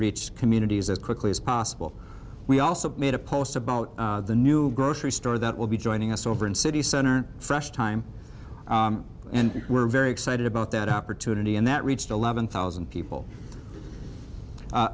reach communities as quickly as possible we also made a post about the new grocery store that will be joining us over in city center fresh time and we're very excited about that opportunity and that reached eleven thousand people